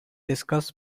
discuss